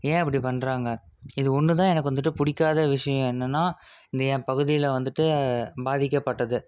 என் அப்படி பண்ணுறாங்க இது ஒன்று தான் எனக்கு வந்துட்டு பிடிக்காத விஷயம் என்னென்னா இந்த என் பகுதியில் வந்துட்டு பாதிக்கப்பட்டது